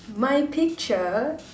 my picture